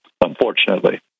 unfortunately